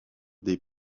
des